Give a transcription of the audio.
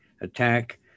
attack